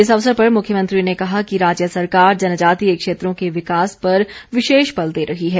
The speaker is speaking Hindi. इस अवसर पर मुख्यमंत्री ने कहा कि राज्य सरकार जनजातीय क्षेत्रों के विकास पर विशेष बल दे रही है